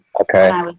okay